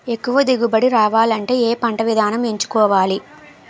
ఎక్కువ దిగుబడి రావాలంటే ఏ పంట విధానం ఎంచుకోవాలి?